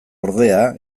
ordea